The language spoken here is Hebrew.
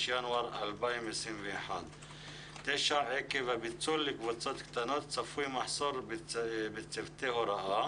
ינואר 2021. עקב הפיצול לקבוצות קטנות צפוי מחסור בצוותי הוראה